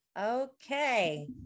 Okay